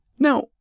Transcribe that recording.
Now